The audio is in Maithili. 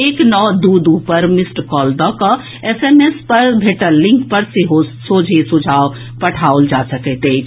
एक नओ दू दू पर मिस्ड कॉल दऽकऽ एसएमएस पर भेटल लिंक पर सेहो सोझे सुझाव पठाओल जा सकैत अछि